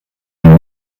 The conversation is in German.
ein